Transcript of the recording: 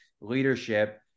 leadership